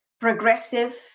progressive